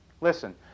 listen